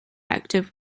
active